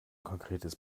konkretes